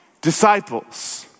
disciples